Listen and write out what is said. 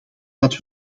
dat